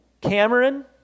Cameron